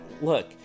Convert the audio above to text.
look